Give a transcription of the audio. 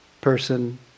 person